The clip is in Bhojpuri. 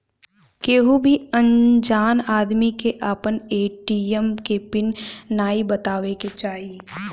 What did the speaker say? केहू भी अनजान आदमी के आपन ए.टी.एम के पिन नाइ बतावे के चाही